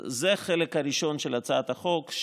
זה החלק הראשון של הצעת החוק,